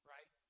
Right